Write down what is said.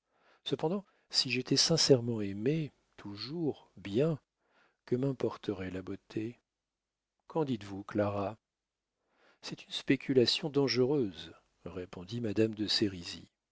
cependant si j'étais sincèrement aimée toujours bien que m'importerait la beauté qu'en dites-vous clara c'est une spéculation dangereuse répondit madame de